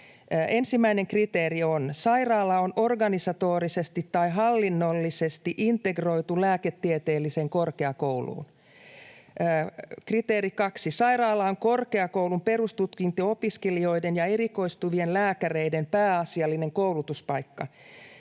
Ensimmäinen kriteeri on: sairaala on organisatorisesti tai hallinnollisesti integroitu lääketieteelliseen korkeakouluun. Kriteeri kaksi: sairaala on korkeakoulun perustutkinto-opiskelijoiden ja erikoistuvien lääkäreiden pääasiallinen koulutuspaikka.